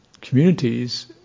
communities